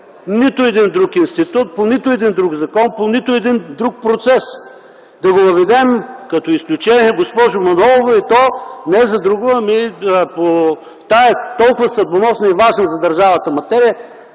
нито един друг институт, по нито един друг закон, по нито един друг процес. Да го въведем като изключение, госпожо Манолова, и то не за друго, ами по тая толкова съдбоносна и важна за държавата материя,